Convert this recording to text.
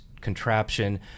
contraption